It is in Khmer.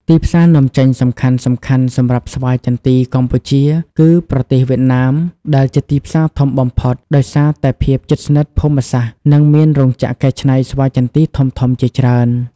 ទីផ្សារនាំចេញសំខាន់សម្រាប់ស្វាយចន្ទីកម្ពុជា គឺប្រទេសវៀតណាម ដែលជាទីផ្សារធំបំផុត ដោយសារតែភាពជិតស្និទ្ធភូមិសាស្ត្រ និងមានរោងចក្រកែច្នៃស្វាយចន្ទីធំៗជាច្រើន។